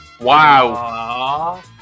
Wow